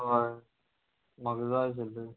हय म्हाका जाय आशिल्लें